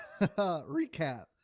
Recap